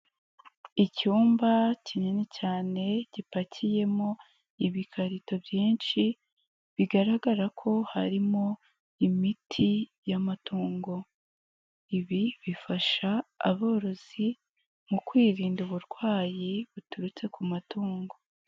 lcyumba kinini cyane gipakiyemo ibikarito byinshi ,bigaragara ko harimo imiti y'amatungo. lbi bifasha aborozi mu kwirinda uburwayi buturutse ku matungo.